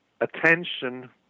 attention